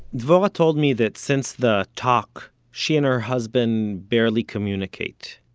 dvorah told me that since the talk she and her husband barely communicate.